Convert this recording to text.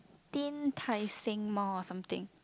~teen Tai Seng mall or something